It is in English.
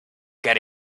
get